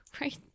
right